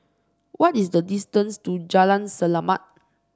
what is the distance to Jalan Selamat